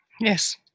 Yes